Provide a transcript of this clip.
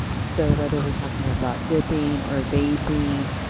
so whether we're talking about dipping, or vaping,